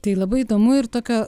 tai labai įdomu ir toki